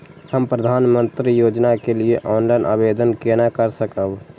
हम प्रधानमंत्री योजना के लिए ऑनलाइन आवेदन केना कर सकब?